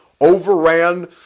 overran